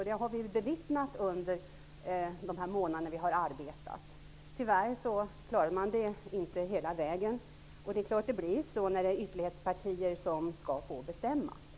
Det har vi bevittnat under de månader vi har arbetat. Tyvärr klarade de inte av detta hela vägen. Det är klart att det blir så när ytterlighetspartier skall få bestämma.